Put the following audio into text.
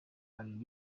and